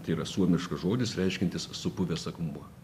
tai yra suomiškas žodis reiškiantis supuvęs akmuo